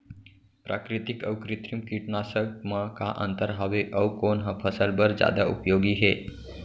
प्राकृतिक अऊ कृत्रिम कीटनाशक मा का अन्तर हावे अऊ कोन ह फसल बर जादा उपयोगी हे?